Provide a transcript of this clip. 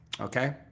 Okay